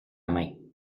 main